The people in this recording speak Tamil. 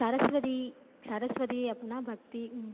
சரஸ்வதி சரஸ்வதி அப்படினா பக்தி